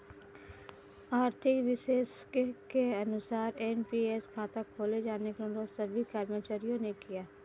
आर्थिक विशेषज्ञ के अनुसार एन.पी.एस खाता खोले जाने का अनुरोध सभी कर्मचारियों ने किया